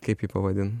kaip jį pavadin